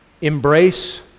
Embrace